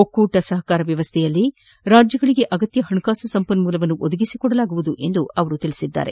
ಒಕ್ಕೂಟ ಸಹಕಾರ ವ್ಯವಸ್ಥೆಯಲ್ಲಿ ರಾಜ್ಯಗಳಿಗೆ ಅಗತ್ಯ ಹಣಕಾಸು ಸಂಪನ್ಮೂಲವನ್ನು ಒದಗಿಸಿಕೊಡಲಾಗುವುದು ಎಂದು ಸ್ವಷ್ವಪಡಿಸಿದ್ದಾರೆ